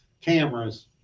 cameras